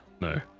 no